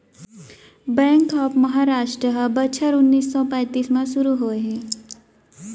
bank of Maharashtra ह बछर उन्नीस सौ पैतीस म सुरू होए हे